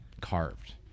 Carved